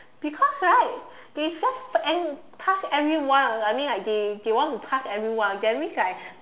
because right they just end pass everyone I mean like they they want to pass everyone that means like